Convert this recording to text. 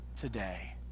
today